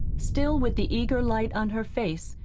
still with the eager light on her face,